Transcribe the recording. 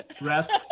rest